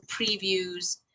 previews